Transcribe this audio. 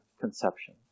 conception